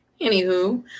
Anywho